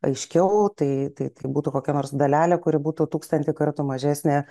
aiškiau tai tai tai būtų kokia nors dalelė kuri būtų tūkstantį kartų mažesnė